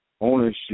Ownership